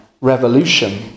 revolution